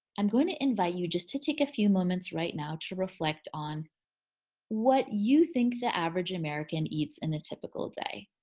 i'm going to invite you just to take a few moments right now to reflect on what you think the average american eats in a typical day.